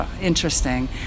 interesting